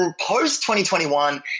post-2021